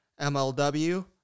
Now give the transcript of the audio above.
MLW